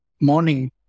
morning